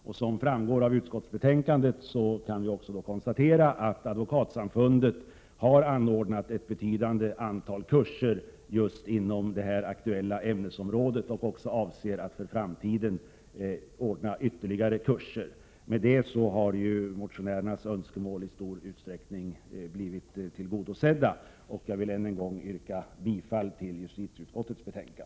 Det framgår också av utskottsbetänkandet att Advokatsamfundet har anordnat ett betydande antal kurser just inom det aktuella ämnesområdet och även avser att i framtiden ordna ytterligare kurser. Med detta har motionärernas önskemål i stor utsträckning blivit tillgodosedda. Jag vill än en gång yrka bifall till justitieutskottets hemställan.